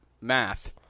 Math